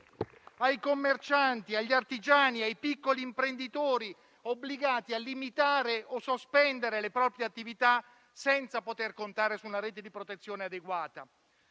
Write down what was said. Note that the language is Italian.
ai commercianti, agli artigiani e ai piccoli imprenditori, obbligati a limitare o sospendere le proprie attività senza poter contare su una rete di protezione adeguata.